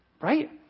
Right